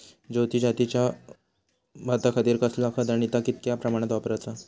ज्योती जातीच्या भाताखातीर कसला खत आणि ता कितक्या प्रमाणात वापराचा?